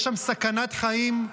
יש שם סכנת חיים.